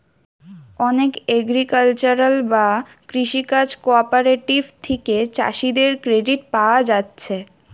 অনেক এগ্রিকালচারাল বা কৃষি কাজ কঅপারেটিভ থিকে চাষীদের ক্রেডিট পায়া যাচ্ছে